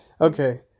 Okay